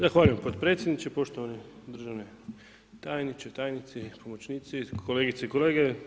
Zahvaljujem podpredsjedniče, poštovani državni tajničke, tajnici, pomoćnici, kolegice i kolege.